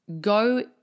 go